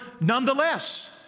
nonetheless